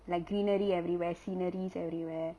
like greenery everywhere sceneries everywhere